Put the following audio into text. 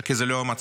כי זה לא המצב.